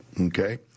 Okay